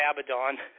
Abaddon